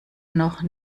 noch